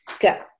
Go